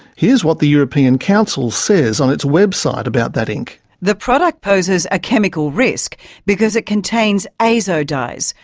here's what the european council says on its website about that ink the product poses a chemical risk because it contains azo dyes,